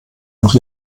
noch